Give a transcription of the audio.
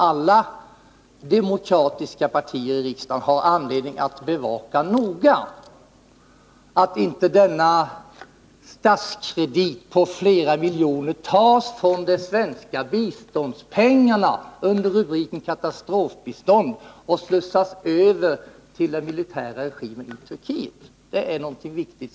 Alla demokratiska partier i riksdagen har anledning att noga bevaka att inte denna statskredit på flera miljoner tas från de svenska biståndspengarna under rubriken katastrofbistånd och slussas över till den militära regimen i Turkiet.